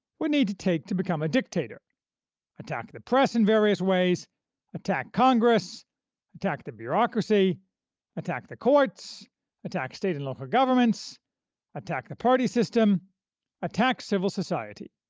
would need to take to become a dictator-attack the press in various ways attack congress attack the bureaucracy attack the courts attack state and local governments attack the party system attack civil society.